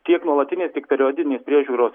tiek nuolatinės tik periodinės priežiūros